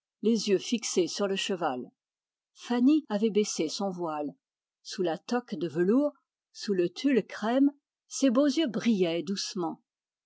les yeux fixés sur le cheval fanny avait baissé son voile sous le tulle aux fleurs légères ses beaux yeux brillaient doucement